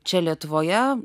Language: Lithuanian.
čia lietuvoje